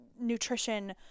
nutrition